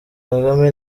kagame